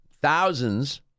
thousands